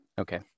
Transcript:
Okay